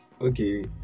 Okay